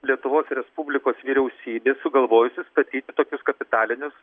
lietuvos respublikos vyriausybė sugalvojusi statyti tokius kapitalinius